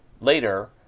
later